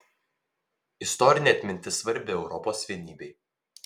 istorinė atmintis svarbi europos vienybei